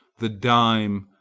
the dime,